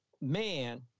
man